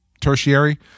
tertiary